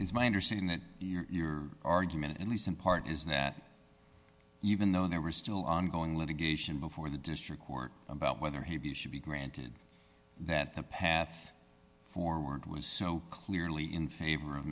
it's my understanding that your argument at least in part is that even though there were still ongoing litigation before the district court about whether he should be granted that the path forward was so clearly in favor of